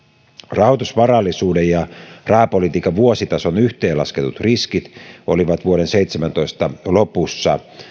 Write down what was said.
rahoitusvarallisuuden ja rahapolitiikan vuositason yhteenlasketut riskit olivat vuoden seitsemäntoista lopussa